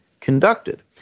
conducted